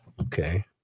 Okay